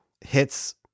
hits